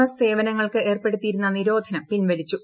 S സേവനങ്ങൾക്ക് ഏർപ്പെടുത്തിയിരുന്ന് നിരോധനം പിൻവലിച്ചു